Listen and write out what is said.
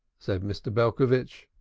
said mr. belcovitch.